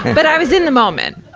but i was in the moment.